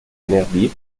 venerdì